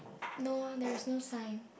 no ah there is no sign